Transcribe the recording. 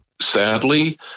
sadly